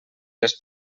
les